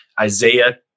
Isaiah